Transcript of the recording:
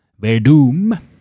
Verdum